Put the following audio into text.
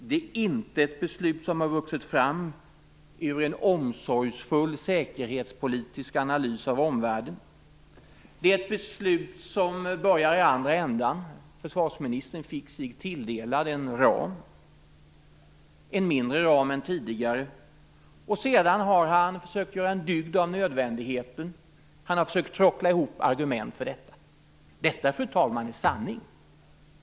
Det är inte ett beslut som har vuxit fram ur en omsorgsfull säkerhetspolitisk analys av omvärlden. Det är ett beslut som börjar i andra ändan. Försvarsministern fick sig tilldelad en mindre ram än tidigare. Sedan har han försökt göra en dygd av nödvändigheten. Han har försökt trockla ihop argument för detta. Detta, fru talman, är sanning.